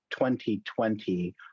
2020